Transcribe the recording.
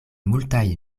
multaj